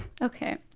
Okay